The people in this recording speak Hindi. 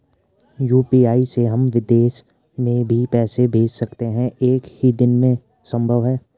यु.पी.आई से हम विदेश में भी पैसे भेज सकते हैं एक ही दिन में संभव है?